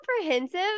comprehensive